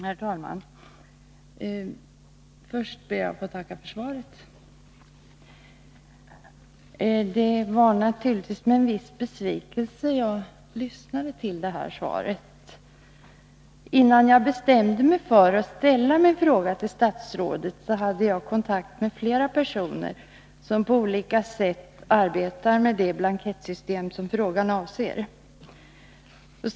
Herr talman! Först ber jag att få tacka för svaret. Det var naturligtvis med en viss besvikelse som jag lyssnade till det här svaret. Innan jag bestämde mig för att ställa min fråga till statsrådet, hade jag kontakt med flera personer som på olika sätt arbetar med det blankettsystem som frågan gäller.